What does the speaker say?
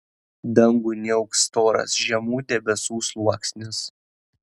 dangų niauks storas žemų debesų sluoksnis